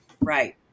Right